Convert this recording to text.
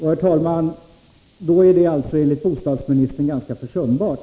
Herr talman! 90 kr. i månaden är alltså enligt bostadsministern ganska försumbart!